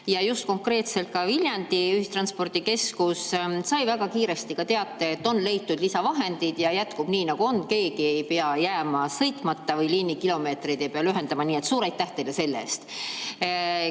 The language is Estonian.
Ja just konkreetselt ka Viljandi Ühistranspordikeskus sai väga kiiresti teate, et on leitud lisavahendid ja jätkub nii, nagu on, kellelgi ei jää sõitmata või liinikilomeetreid ei pea lühendama. Nii et suur aitäh teile selle